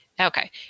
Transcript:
Okay